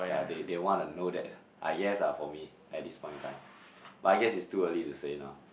yeah they they wanna know that I guess ah for me at this point of time but I guess it's too early to say now